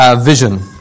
vision